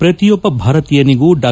ಪ್ರತಿಯೊಬ್ಬ ಭಾರತೀಯನಿಗೂ ಡಾ